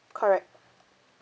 correct